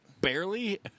barely